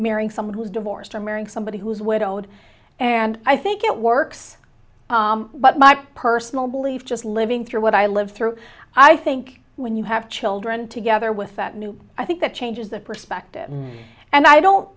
marrying someone who's divorced or marrying somebody who's widowed and i think it works but my personal belief just living through what i lived through i think when you have children together with that new i think that changes that perspective and i don't